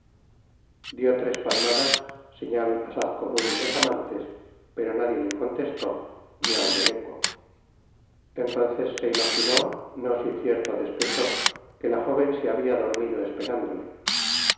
dió tres palmadas señal asaz comun de los amantes pero nadie le contestó ni aun el eco entonces se imaginó no sin cierto despecho que la jóven se habia dormido esperándole